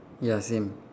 ya same